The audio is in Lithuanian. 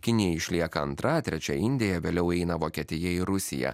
kinija išlieka antra trečia indija vėliau eina vokietija ir rusija